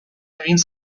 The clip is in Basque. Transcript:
egin